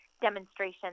demonstration